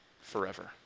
forever